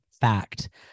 Fact